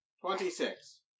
Twenty-six